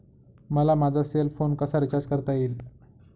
मला माझा cell phone कसा रिचार्ज करता येईल?